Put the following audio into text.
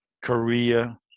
Korea